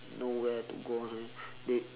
nowhere to go eh they